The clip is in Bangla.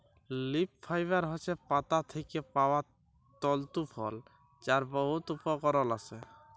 লিফ ফাইবার হছে পাতা থ্যাকে পাউয়া তলতু ফল যার বহুত উপকরল আসে